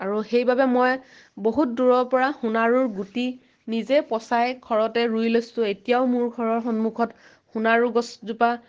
আৰু সেইবাবে মই বহুত দূৰৰ পৰা সোণাৰুৰ গুটি নিজে পচাই ঘৰতে ৰুই লৈছোঁ এতিয়াও মোৰ ঘৰৰ সন্মুখত সোণাৰু গছজোপা